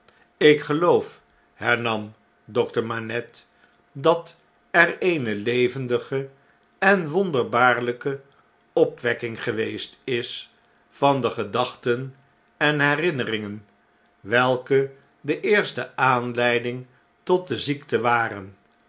ik geloof hernam dokter manette dat er eene levendige en wonderbaarlyke opwekking geweest is van de gedachten en herinnenngen welke de eerste aanleiding tot de ziekte waren